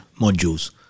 modules